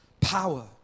power